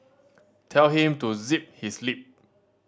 tell him to zip his lip